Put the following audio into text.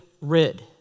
rid